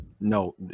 No